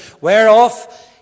whereof